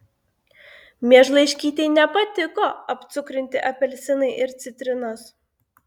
miežlaiškytei nepatiko apcukrinti apelsinai ir citrinos